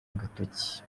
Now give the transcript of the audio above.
agatoki